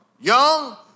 young